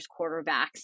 quarterbacks